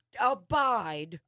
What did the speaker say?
abide